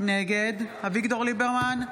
נגד אביגדור ליברמן,